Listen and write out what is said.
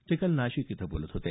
ते काल नाशिक इथं बोलत होते